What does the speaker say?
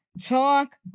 talk